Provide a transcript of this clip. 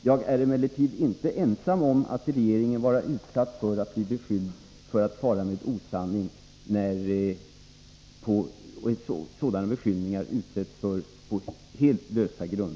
Jag är emellertid inte ensam i regeringen om att på helt lösa grunder bli beskylld för att fara med osanning.